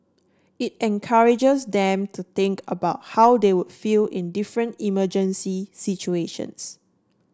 it encourages them to think about how they would feel in different emergency situations